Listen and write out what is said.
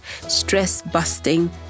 stress-busting